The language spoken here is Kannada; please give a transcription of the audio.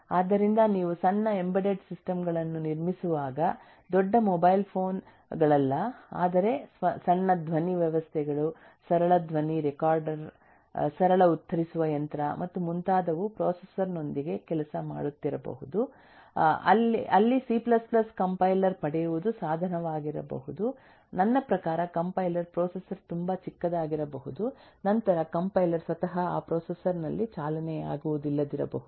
ಆದ್ದರಿಂದ ನೀವು ಸಣ್ಣ ಎಂಬೆಡೆಡ್ ಸಿಸ್ಟಮ್ ಗಳನ್ನು ನಿರ್ಮಿಸುವಾಗ ದೊಡ್ಡ ಮೊಬೈಲ್ ಫೋನ್ ಗಳಲ್ಲ ಆದರೆ ಸಣ್ಣ ಧ್ವನಿ ವ್ಯವಸ್ಥೆಗಳು ಸರಳ ಧ್ವನಿ ರೆಕಾರ್ಡರ್ ಸರಳ ಉತ್ತರಿಸುವ ಯಂತ್ರ ಮತ್ತು ಮುಂತಾದವು ಪ್ರೊಸೆಸರ್ನೊಂದಿಗೆ ಕೆಲಸ ಮಾಡುತ್ತಿರಬಹುದು ಅಲ್ಲಿ ಸಿ ಕಂಪೈಲರ್ C compiler ಪಡೆಯುವುದು ಸಾಧನವಾಗಿರಬಹುದು 1456 ನನ್ನ ಪ್ರಕಾರ ಕಂಪೈಲರ್ ಪ್ರೊಸೆಸರ್ ತುಂಬಾ ಚಿಕ್ಕದಾಗಿರಬಹುದು ನಂತರ ಕಂಪೈಲರ್ ಸ್ವತಃ ಆ ಪ್ರೊಸೆಸರ್ ನಲ್ಲಿ ಚಾಲನೆಯಾಗುವುದಿಲ್ಲದಿರಬಹುದು